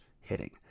hitting